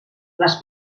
les